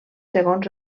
segons